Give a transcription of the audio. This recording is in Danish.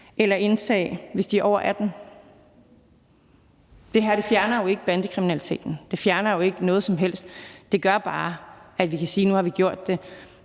eller indtage – hvis de er over 18 år. Det her fjerner jo ikke bandekriminaliteten. Det fjerner jo ikke noget som helst. Det gør bare, at vi kan sige, at nu har vi gjort det.